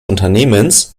unternehmens